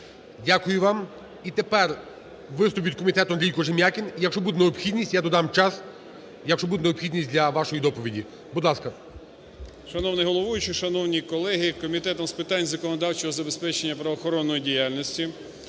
Дякую вам. І тепер виступ від комітету - Андрій Кожем'якін. І якщо буде необхідність, я додам час, якщо буде необхідність для вашої доповіді. Будь ласка. 11:22:29 КОЖЕМ’ЯКІН А.А. Шановний головуючий! Шановні колеги! Комітетом з питань законодавчого забезпечення правоохоронної діяльності